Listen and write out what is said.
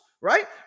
right